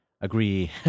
Agree